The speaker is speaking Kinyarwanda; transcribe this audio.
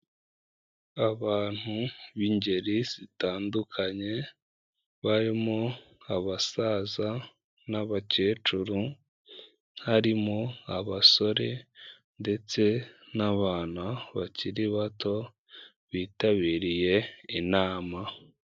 Abantu b'ingeri zitandukanye, barimo abasaza, n'abakecuru, harimo abasore, ndetse n'abantu bakiri bato, bitabiriye inama.